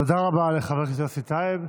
תודה רבה לחבר הכנסת יוסף טייב.